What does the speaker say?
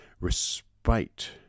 Respite